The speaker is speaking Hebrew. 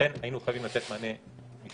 ולכן היינו חייבים לתת מענה משפטי.